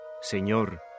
Señor